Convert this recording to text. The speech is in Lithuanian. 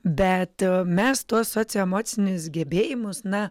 bet mes tuos socioemocinius gebėjimus na